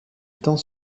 tant